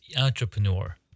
Entrepreneur